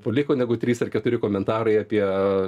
paliko negu trys ar keturi komentarai apie